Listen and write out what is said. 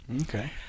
Okay